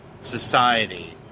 society